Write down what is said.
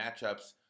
matchups